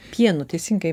pienu teisingai